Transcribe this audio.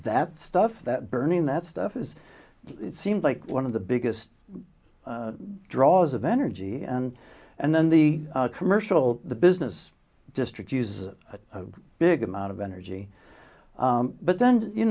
that stuff that burning that stuff is seems like one of the biggest draws of energy and and then the commercial the business district uses a big amount of energy but then you